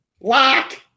Lock